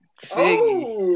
Figgy